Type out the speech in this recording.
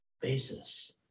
basis